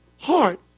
heart